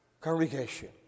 Congregation